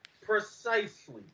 Precisely